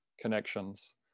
connections